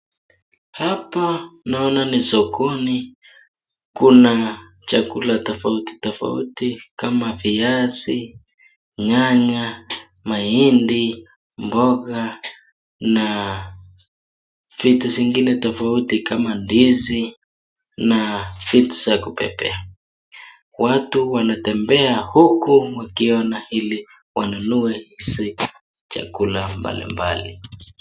Hapa naona ni sokoni kuna chakula tofauti tofauti kama viazi, nyanya ,maindi ,mboga na vitu zingine tofauti kama ndizi na vitu za kubebea. Watu wanatembea huku wakiona ili wanunue chakula mbali mbali.